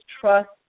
trust